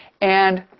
and